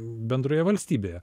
bendroje valstybėje